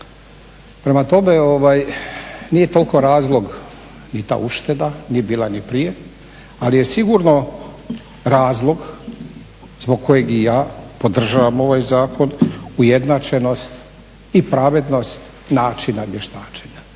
Prema tome, nije toliko razlog ni ta ušteda, nije bila ni prije, ali je sigurno razlog zbog kojeg i ja podržavam ovaj zakon ujednačenost i pravednost načina vještačenja.